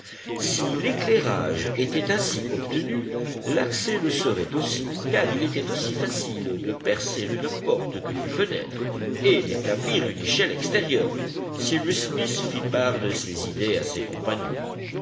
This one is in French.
si l'éclairage était ainsi obtenu l'accès le serait aussi car il était aussi facile de percer une porte que des fenêtres et d'établir une échelle extérieure cyrus smith fit part de ses idées à ses compagnons